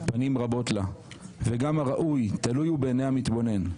פנים רבות לה וגם הראוי תלוי הוא בעיני המתבונן.